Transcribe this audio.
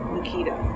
Nikita